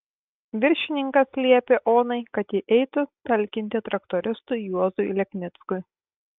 viršininkas liepė onai kad ji eitų talkinti traktoristui juozui leknickui